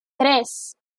tres